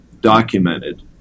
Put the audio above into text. documented